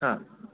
ꯑꯥ